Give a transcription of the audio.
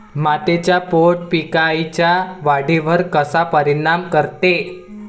मातीचा पोत पिकाईच्या वाढीवर कसा परिनाम करते?